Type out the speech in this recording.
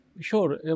Sure